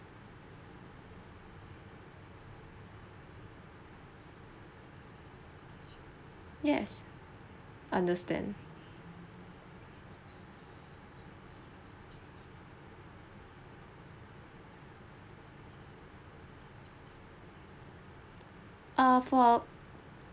yes understand err for